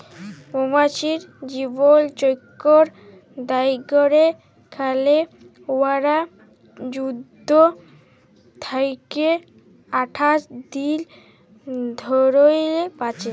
মমাছির জীবলচক্কর দ্যাইখতে গ্যালে উয়ারা চোদ্দ থ্যাইকে আঠাশ দিল ধইরে বাঁচে